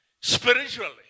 spiritually